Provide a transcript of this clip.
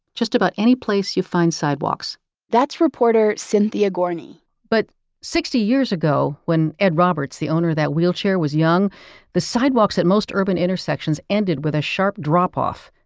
just about anyplace you find sidewalks that's reporter cynthia gorney but sixty years ago when ed roberts, the owner of that wheelchair, was young the sidewalks at most urban intersections ended with a sharp drop-off.